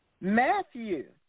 Matthew